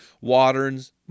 waters